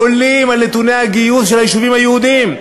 עולים על נתוני הגיוס ביישובים היהודיים.